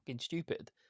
stupid